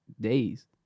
days